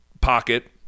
pocket